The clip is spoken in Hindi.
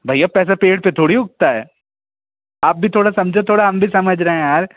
भैया पैसा पेड़ पर थोड़ी उगता है आप भी थोड़ा समझो थोड़ा हम भी समझे रहें यार